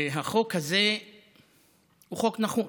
החוק הזה הוא חוק נחות.